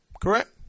Correct